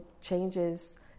changes